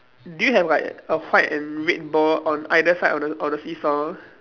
do you have like a white and red ball on either side of the of the seesaw